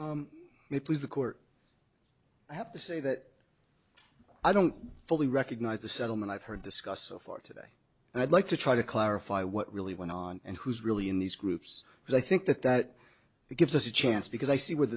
it was the court i have to say that i don't fully recognize the settlement i've heard discussed so far today and i'd like to try to clarify what really went on and who's really in these groups because i think that that gives us a chance because i see